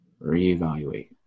reevaluate